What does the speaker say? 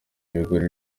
ibigori